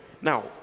now